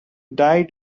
died